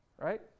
right